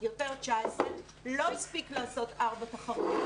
לא הספיק לעשות ארבע תחרויות.